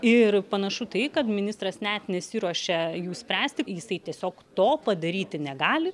ir panašu tai kad ministras net nesiruošia jų spręsti jisai tiesiog to padaryti negali